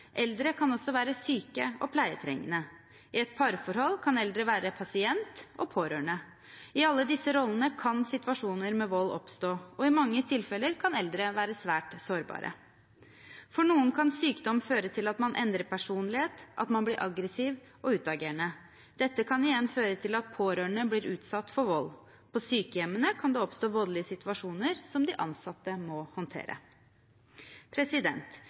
Eldre kan også være syke og pleietrengende. I et parforhold kan eldre være pasient og pårørende. I alle disse rollene kan situasjoner med vold oppstå, og i mange tilfeller kan eldre være svært sårbare. For noen kan sykdom føre til at man endrer personlighet, at man blir aggressiv og utagerende. Dette kan igjen føre til at pårørende blir utsatt for vold. På sykehjemmene kan det oppstå voldelige situasjoner som de ansatte må